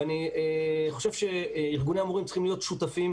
ואני חושב שארגוני המורים צריכים להיות שותפים